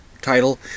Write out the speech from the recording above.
title